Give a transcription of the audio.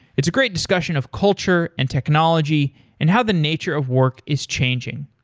it's a great discussion of culture and technology and how the nature of work is changing.